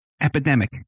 Epidemic